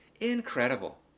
incredible